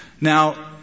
Now